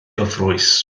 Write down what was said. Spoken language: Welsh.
gyfrwys